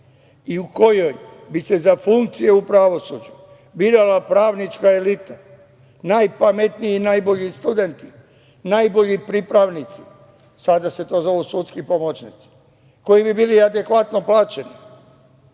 i u kojoj bi se za funkcije u pravosuđu birala pravnička elita, najpametniji i najbolji studenti, najbolji pripravnici, sada se to zovu sudski pomoćnici, koji bi bili adekvatno plaćeni,